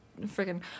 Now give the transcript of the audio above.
freaking